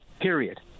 period